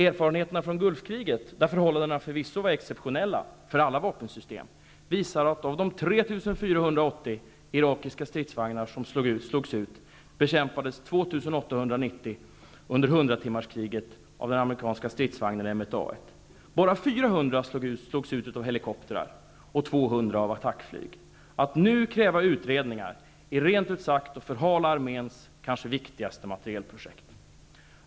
Erfarenheterna från Gulfkriget -- där förhållandena förvisso var exceptionella för alla vapensystem -- visar att av de slogs ut av helikoptrar och 200 av attackflyg. Att nu kräva utredningar är rent ut sagt att förhala arméns kanske viktigaste materielprojekt.